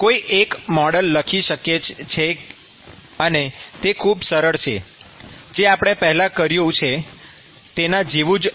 કોઈ એક મોડેલ લખી શકે છે અને તે ખૂબ સરળ છે જે આપણે પહેલા કર્યું છે તેના જેવું જ છે